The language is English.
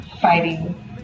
fighting